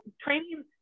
training